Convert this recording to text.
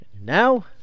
now